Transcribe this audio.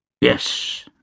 Yes